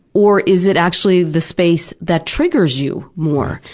or is it actually the space that triggers you more?